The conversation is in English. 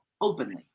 Openly